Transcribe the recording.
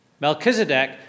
Melchizedek